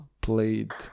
played